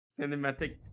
cinematic